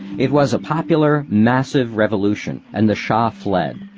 it was a popular, massive revolution, and the shah fled.